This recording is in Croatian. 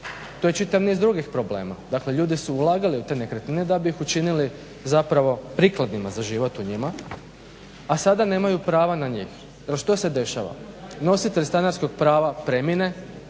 To je čitav niz drugih problema. Dakle, ljudi su ulagali u te nekretnine da bi ih učinili zapravo prikladnima za život u njima, a sada nemaju prava na njih. Jer što se dešava? Nositelj stanarskog prava premine